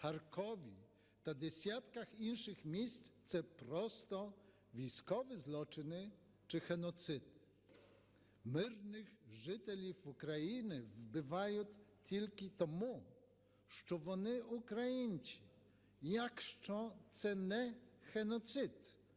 Харкові та десятках інших міст – це просто військові злочини чи геноцид. Мирних жителів України вбивають тільки тому, що вони українці. Якщо це не геноцид,